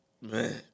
Man